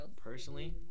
Personally